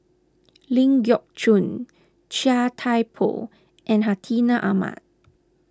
Ling Geok Choon Chia Thye Poh and Hartinah Ahmad